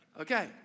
Okay